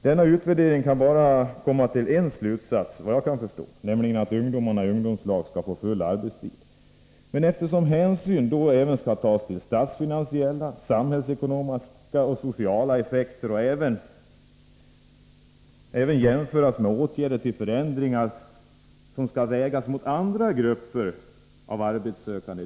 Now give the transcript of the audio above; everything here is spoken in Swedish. Denna utvärdering kan, såvitt jag förstår, bara komma till en slutsats, nämligen att ungdomar i ungdomslag skall få full arbetstid. Vid utvärderingen skall hänsyn tas till statsfinansiella, samhällsekonomiska och sociala effekter. Åtgärderna skall även vägas mot de behov som finns hos andra grupper av arbetssökande.